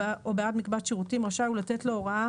או בעד מקבץ שירותים רשאי הוא לתת לו הוראה